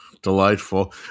delightful